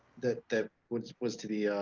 that that was was to be